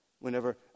whenever